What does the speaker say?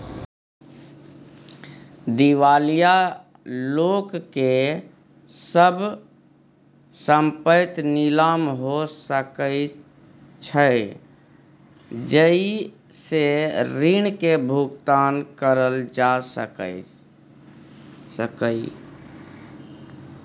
दिवालिया लोक के सब संपइत नीलाम हो सकइ छइ जइ से ऋण के भुगतान करल जा सकइ